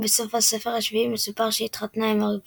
בסוף הספר השביעי מסופר שהיא התחתנה עם הארי פוטר.